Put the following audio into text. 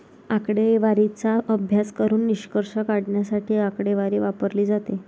आकडेवारीचा अभ्यास करून निष्कर्ष काढण्यासाठी आकडेवारी वापरली जाते